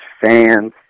fans